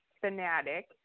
fanatic